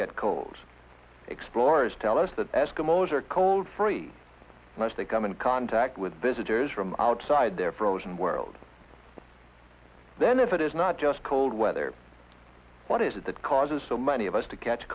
get colds explorers tell us that eskimos are cold free most they come in contact with visitors from outside their frozen world then if it is not just cold weather what is it that causes so many of us to catch